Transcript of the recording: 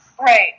Right